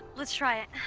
let's try it.